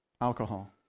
alcohol